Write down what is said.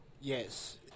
Yes